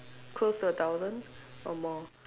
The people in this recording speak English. close to a thousand or more